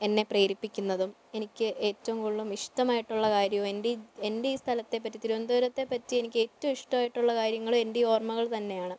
എന്നെ പ്രേരിപ്പിക്കുന്നതും എനിക്ക് ഏറ്റവും കൂടുതലും ഇഷ്ടമായിട്ടുള്ള കാര്യവും എൻ്റെ ഈ എൻ്റെ ഈ സ്ഥലത്തെപ്പറ്റി തിരുവന്തപുരത്തെ പറ്റി എനിക്ക് ഏറ്റവും ഇഷ്ടമായിട്ടുള്ള കാര്യങ്ങള് എൻ്റെ ഈ ഓർമ്മകൾ തന്നെയാണ്